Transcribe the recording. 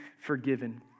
forgiven